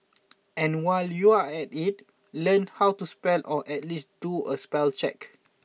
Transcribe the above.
and while you're at it learn how to spell or at least do a spell check